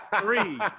Three